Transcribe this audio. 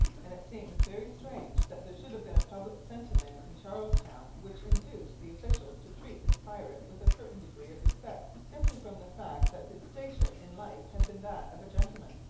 and it seems very strange that there should have been a public sentiment in charles town which induced the officials to treat this pirate with a certain degree of respect simply from the fact that his station in life had been that of a gentleman.